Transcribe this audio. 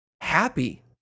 ...happy